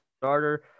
starter